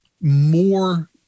more